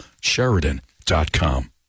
Sheridan.com